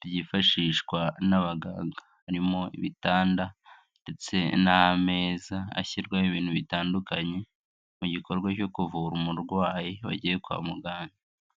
byifashishwa n'abaganga, harimo ibitanda ndetse n'ameza ashyirwaho ibintu bitandukanye mu gikorwa cyo kuvura umurwayi wagiye kwa muganga.